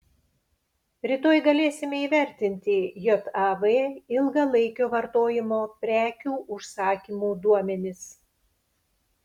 rytoj galėsime įvertinti jav ilgalaikio vartojimo prekių užsakymų duomenis